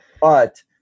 But-